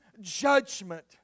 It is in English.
judgment